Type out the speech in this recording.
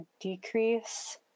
decrease